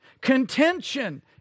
contention